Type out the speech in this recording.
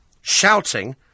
shouting